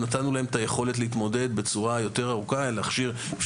נתנו להם את היכולת להתמודד בצורה ארוכה יותר ולהכשיר; יש